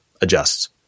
adjusts